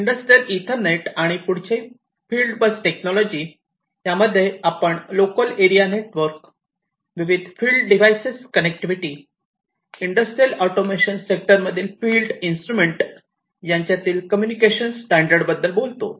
industrial ethernet आणि पुढचे field bus technology यामध्ये आपण लोकल एरिया नेटवर्क विविध field device connectivity industrial automation सेक्टरमधील फिल्ड इन्स्ट्रुमेंट यांच्यातील कम्युनिकेशन स्टॅंडर्ड बद्दल बोलतो